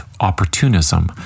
opportunism